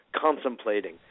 contemplating